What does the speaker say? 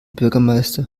bürgermeister